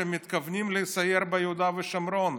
שמתכוונים לסייר ביהודה ושומרון,